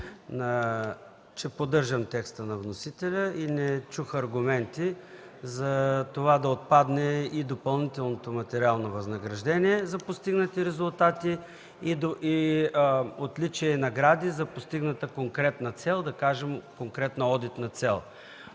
Поддържам текста на вносителя и не чух аргументи за това да отпадне и допълнителното материално възнаграждение за постигнати резултати и отличия и награди за постигната конкретна цел, да кажем конкретна одитна цел.